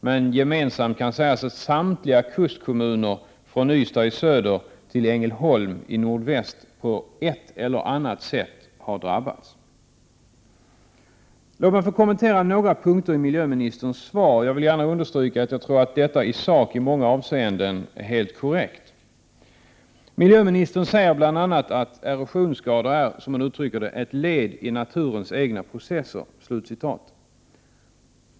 Men gemensamt kan sägas att samtliga kustkommuner från Ystad i söder till Ängelholm i nordväst på något sätt har drabbats. Låt mig få kommentera några punkter i miljöministerns svar. Jag vill gärna understryka att jag tror att detta i sak i många avseenden är helt korrekt. Miljöministern säger bl.a. att erosionsskador är ”ett led i naturens egna processer”.